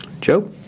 Joe